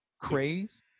craze